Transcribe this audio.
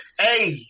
Hey